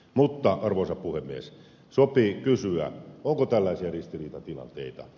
mutta arvoisa puhemies sopii kysyä onko tällaisia ristiriitatilanteita